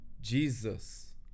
Jesus